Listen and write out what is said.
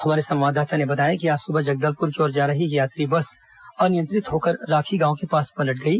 हमारे संवाददाता ने बताया कि आज सुबह जगदलपुर की ओर जा रही एक यात्री बस अनियंत्रित होकर राखी गांव के पास पलट गई